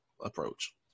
approach